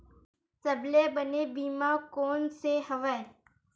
सबले बने बीमा कोन से हवय?